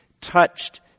touched